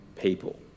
people